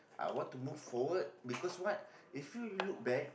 I want to move forward because what they feel you look back